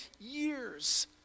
years